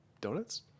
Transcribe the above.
donuts